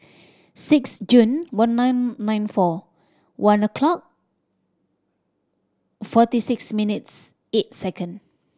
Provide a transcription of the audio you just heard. six June one nine nine four one o'clock forty six minutes eight second